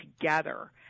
together